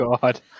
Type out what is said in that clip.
God